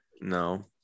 No